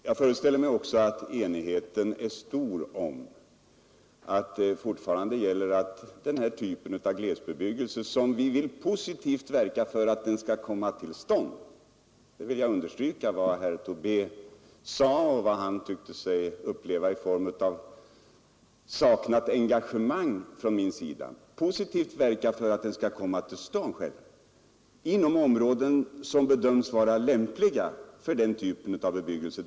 Jag föreställer mig också att enigheten fortfarande är stor om att vi positivt skall verka för att denna typ av glesbebyggelse kommer till stånd inom områden som bedömes vara lämpliga för denna typ av bebyggelse. Där vill jag lugna herr Tobé som tycktes sig uppleva en brist på engagemang från min sida.